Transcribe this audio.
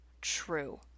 true